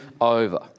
over